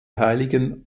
heiligen